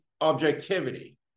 objectivity